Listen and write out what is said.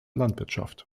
landwirtschaft